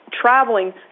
traveling